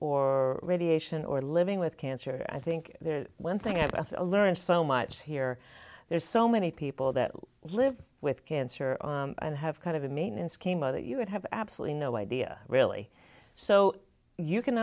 or radiation or living with cancer i think there's one thing i've learned so much here there's so many people that live with cancer and have kind of a meet and schema that you would have absolutely no idea really so you can